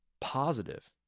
positive